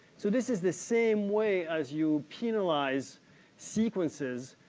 so, this is the same way as you penalize sequences